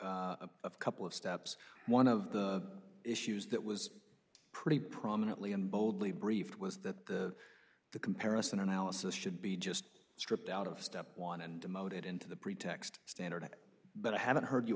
a couple of steps one of the issues that was pretty prominently and boldly briefed was that the comparison analysis should be just stripped out of step one and demoed it into the pretext standard but i haven't heard you